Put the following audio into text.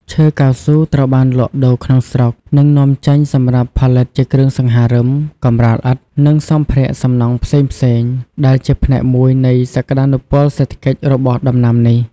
ឈើកៅស៊ូត្រូវបានលក់ដូរក្នុងស្រុក និងនាំចេញសម្រាប់ផលិតជាគ្រឿងសង្ហារឹម កម្រាលឥដ្ឋ និងសម្ភារៈសំណង់ផ្សេងៗ ដែលជាផ្នែកមួយនៃសក្តានុពលសេដ្ឋកិច្ចរបស់ដំណាំនេះ។